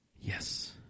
Yes